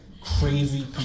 crazy